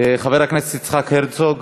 חבר הכנסת יצחק הרצוג.